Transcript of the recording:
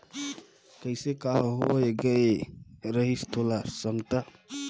कइसे का होए गये रहिस तोला संगता